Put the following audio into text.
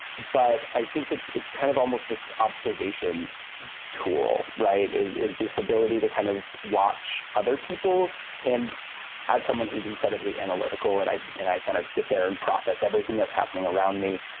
but i think it's it's kind of almost this observation tool. right. is is this ability to kind of watch other people and add someone who's incredibly analytical. and i and i kind of sit there and process everything that's happening around me.